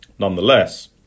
Nonetheless